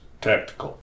tactical